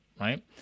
right